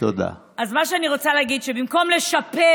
אז מה שאני רוצה להגיד הוא שבמקום לשפר,